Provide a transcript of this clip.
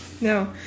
No